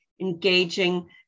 engaging